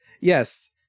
yes